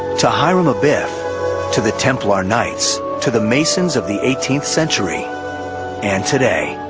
to hiram abeth to the templar knights to the masons of the eighteenth century and today.